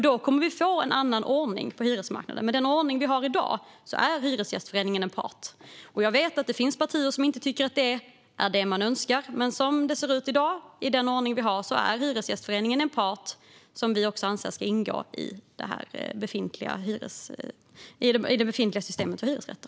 Då kommer vi att få en annan ordning på hyresmarknaden, men i den ordning vi har i dag är Hyresgästföreningen en part. Jag vet att det finns partier som inte önskar detta, men i den ordning vi har i dag är Hyresgästföreningen en part som vi anser ska ingå i det befintliga systemet för hyresrätter.